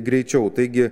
greičiau taigi